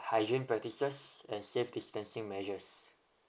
hygiene practices and safe distancing measures